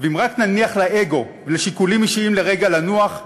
ואם רק נניח לאגו ולשיקולים אישיים לרגע לנוח,